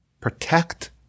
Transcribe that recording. Protect